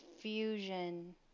fusion